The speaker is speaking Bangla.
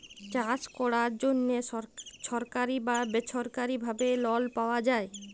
চাষ ক্যরার জ্যনহে ছরকারি বা বেছরকারি ভাবে লল পাউয়া যায়